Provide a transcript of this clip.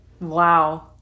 wow